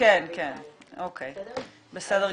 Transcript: בסדר גמור.